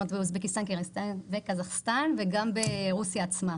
אוזבקיסטן וקזחסטן וגם ברוסיה עצמה.